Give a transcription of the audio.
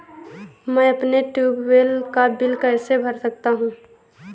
मैं अपने ट्यूबवेल का बिल कैसे भर सकता हूँ?